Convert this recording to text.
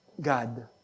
God